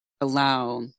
allow